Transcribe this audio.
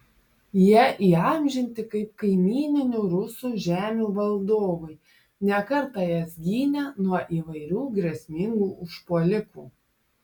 jie įamžinti kaip kaimyninių rusų žemių valdovai ne kartą jas gynę nuo įvairių grėsmingų užpuolikų